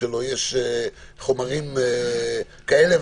אפשר למנוע אירועים מהסוג הזה לפני שמזמינים משטרה,